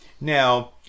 Now